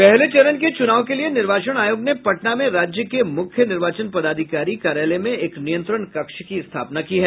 पहले चरण के चुनाव के लिए निर्वाचन आयोग ने पटना में राज्य के मुख्य निर्वाचन पदाधिकारी कार्यालय में एक नियंत्रण कक्ष की स्थापना की है